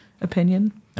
opinion